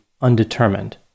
undetermined